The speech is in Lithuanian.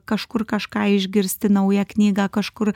kažkur kažką išgirsti naują knygą kažkur